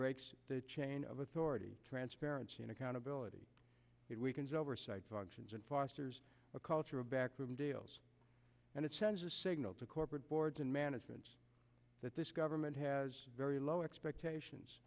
breaks the chain of authority transparency and accountability it weakens oversight functions and fosters a culture of backroom deals and it sends a signal to corporate boards and management that this government has very low expectations